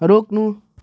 रोक्नु